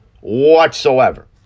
whatsoever